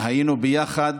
היינו ביחד,